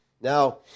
Now